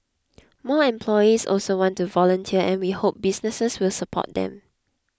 more employees also want to volunteer and we hope businesses will support them